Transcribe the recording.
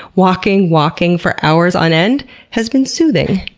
walking, walking for hours on end has been soothing.